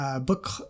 book